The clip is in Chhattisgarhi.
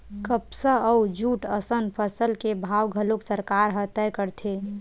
कपसा अउ जूट असन फसल के भाव घलोक सरकार ह तय करथे